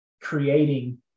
creating